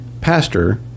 pastor